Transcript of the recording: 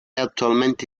attualmente